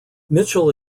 mitchell